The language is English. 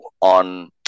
on